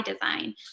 design